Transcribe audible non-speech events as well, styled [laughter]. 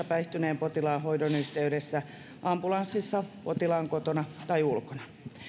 [unintelligible] päihtyneen potilaan hoidon yhteydessä ambulanssissa potilaan kotona tai ulkona